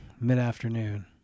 mid-afternoon